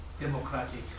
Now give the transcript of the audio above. democratic